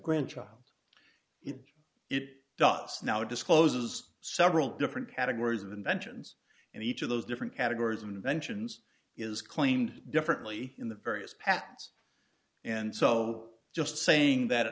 grandchild it it dots now it discloses several different categories of inventions and each of those different categories inventions is claimed differently in the various patents and so just saying that it